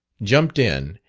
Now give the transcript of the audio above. jumped in,